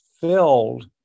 filled